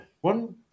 One